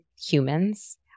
humans